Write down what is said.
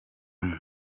mwe